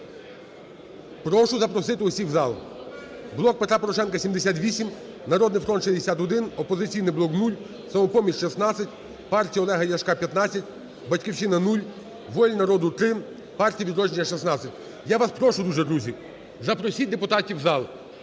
Прошу запросити усіх в зал. "Блок Петра Порошенка" – 78, "Народний фронт" – 61, "Опозиційний блок" – 0, "Самопоміч" – 16, партія Олега Ляшка – 15, "Батьківщина" – 0, "Воля народу" – 3, "Партія Відродження" – 16. Я вас прошу дуже, друзі, запросить депутатів в зал,